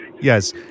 Yes